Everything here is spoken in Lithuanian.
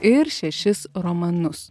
ir šešis romanus